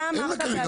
אין לה כרגע,